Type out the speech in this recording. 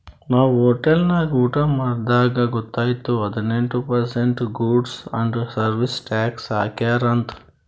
ನಾವ್ ಹೋಟೆಲ್ ನಾಗ್ ಊಟಾ ಮಾಡ್ದಾಗ್ ಗೊತೈಯ್ತು ಹದಿನೆಂಟ್ percent goods and service tax ಹಾಕ್ಯಾರ್ ಅಂತ್